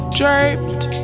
draped